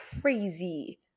crazy